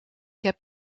heb